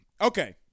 Okay